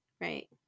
Right